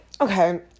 okay